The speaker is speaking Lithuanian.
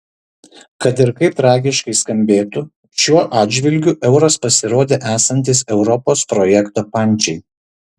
kad ir kaip tragiškai skambėtų šiuo atžvilgiu euras pasirodė esantis europos projekto pančiai